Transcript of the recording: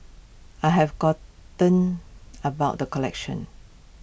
I have gotten about the collection